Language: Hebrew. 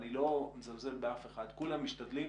אני לא מזלזל באף אחד, כולם משתדלים.